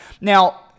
Now